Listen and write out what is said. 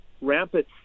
rampant